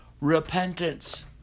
repentance